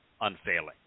unfailing